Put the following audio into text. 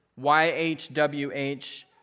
YHWH